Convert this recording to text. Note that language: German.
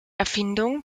erfindung